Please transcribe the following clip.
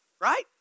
Right